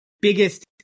biggest